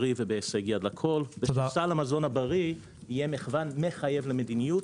בריא ובהישג יד לכל וסל המזון הבריא יהיה מחייב למדיניות